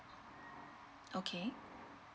okay